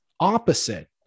opposite